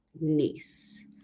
niece